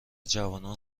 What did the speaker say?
جوانان